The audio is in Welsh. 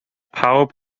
pawb